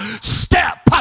Step